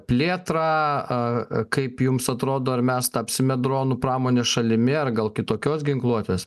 plėtrą kaip jums atrodo ar mes tapsime dronų pramonės šalimi ar gal kitokios ginkluotės